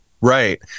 right